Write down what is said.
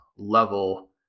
level